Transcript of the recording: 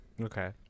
Okay